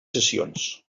sessions